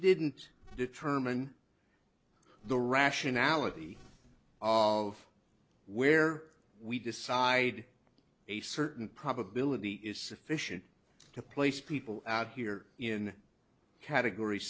didn't determine the rationality of where we decide a certain probability is sufficient to place people out here in categor